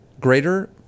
greater